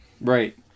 Right